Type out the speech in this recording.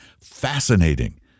fascinating